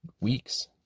weeks